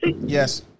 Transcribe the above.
Yes